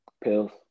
Pills